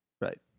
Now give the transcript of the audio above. Right